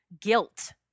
guilt